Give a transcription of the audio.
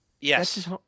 Yes